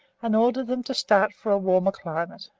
and ordered them to start for a warmer climate.